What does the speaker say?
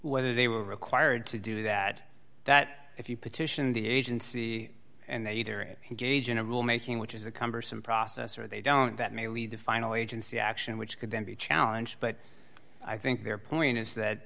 whether they were required to do that that if you petitioned the agency and they either it can do general making which is a cumbersome process or they don't that may lead to final agency action which could then be a challenge but i think their point is that